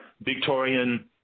Victorian